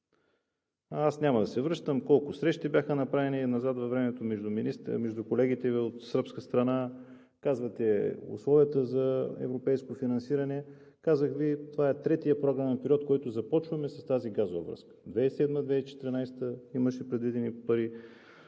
Няма да се връщам колко срещи бяха направени назад във времето между колегите Ви от сръбска страна. Казвате условията за европейско финансиране, казах Ви: това е третият програмен период, който започваме с тази газова връзка. През 2007 – 2014 г. имаше предвидени пари,